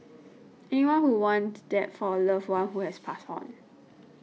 anyone would want that for a loved one who has passed on